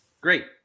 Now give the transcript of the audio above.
Great